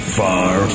far